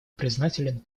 признателен